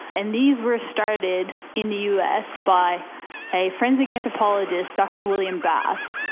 and these were started in the us by a forensic anthropologist, dr william bass,